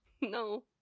No